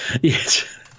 Yes